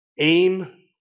aim